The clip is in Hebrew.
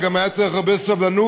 וגם היה צריך הרבה סבלנות,